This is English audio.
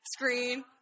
screen